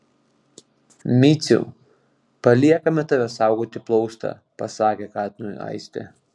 miciau paliekame tave saugoti plaustą pasakė katinui aistė